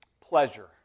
pleasure